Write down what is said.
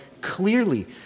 clearly